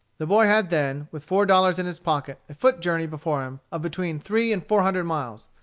the boy had then, with four dollars in his pocket, a foot journey before him of between three and four hundred miles.